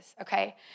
okay